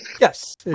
Yes